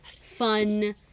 fun